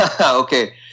Okay